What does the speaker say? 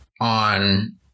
on